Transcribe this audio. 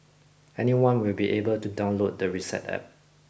anyone will be able to download the reset App